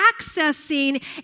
accessing